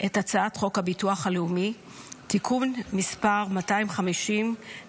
את הצעת חוק הביטוח הלאומי (תיקון מס' 251),